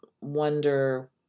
wonder